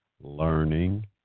learning